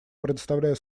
предоставляю